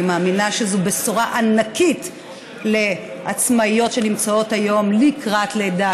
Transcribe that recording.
אני מאמינה שזו בשורה ענקית לעצמאיות שנמצאות היום לקראת לידה,